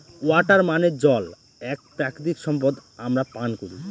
water মানে জল এক প্রাকৃতিক সম্পদ আমরা পান করি